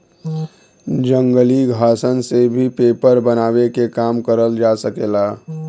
जंगली घासन से भी पेपर बनावे के काम करल जा सकेला